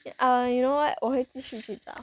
uh you know what 我会继续去找